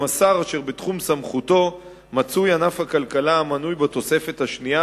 השר שענף הכלכלה המנוי בתוספת השנייה,